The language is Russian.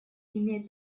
имеет